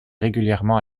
régulièrement